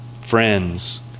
friends